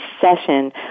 session